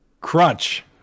crunch